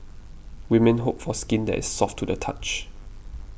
women hope for skin that is soft to the touch